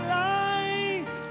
life